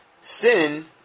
Sin